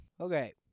Okay